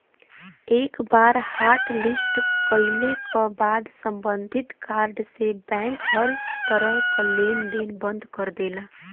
एक बार हॉटलिस्ट कइले क बाद सम्बंधित कार्ड से बैंक हर तरह क लेन देन बंद कर देला